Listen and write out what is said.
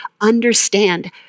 understand